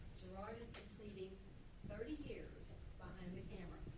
gerard is completing thirty years behind the camera.